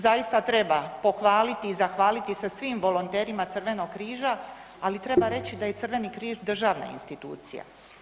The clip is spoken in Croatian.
Zaista, treba pohvaliti i zahvaliti se svim volonterima Crvenog križa, ali treba reći da je i Crveni križ državna institucija.